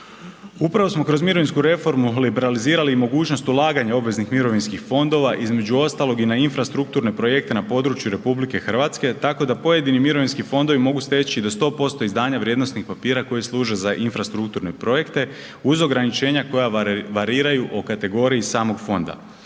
Upravo smo kroz mirovinsku reformu liberalizirali i mogućnost ulaganja obveznih mirovinskih fondova između ostalog i na infrastrukturne projekte na području RH, tako da pojedini mirovinski fondovi mogu steći do 100% izdanja vrijednosnih papira koji služe za infrastrukturne projekte uz ograničenja koja variraju o kategoriji samog fonda.